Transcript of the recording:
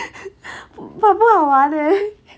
but 不好玩 eh